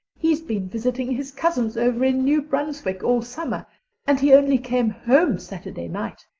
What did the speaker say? he's been visiting his cousins over in new brunswick all summer and he only came home saturday night.